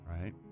Right